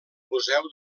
museu